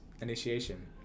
initiation